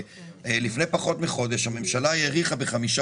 שלפני פחות מחודש הממשלה האריכה בחמישה